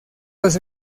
los